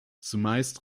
zumeist